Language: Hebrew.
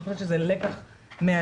אני חושבת שזה לקח מאלף.